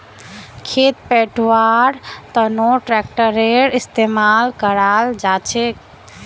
खेत पैटव्वार तनों ट्रेक्टरेर इस्तेमाल कराल जाछेक